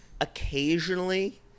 occasionally